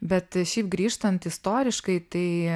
bet šiaip grįžtant istoriškai tai